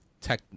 tech